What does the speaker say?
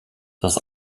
das